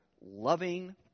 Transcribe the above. loving